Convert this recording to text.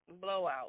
blowout